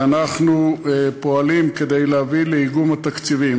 ואנחנו פועלים כדי להביא לאיגום התקציבים.